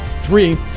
three